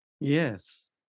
Yes